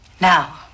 Now